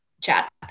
chat